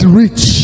rich